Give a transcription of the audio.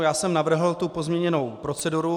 Já jsem navrhl pozměněnou proceduru.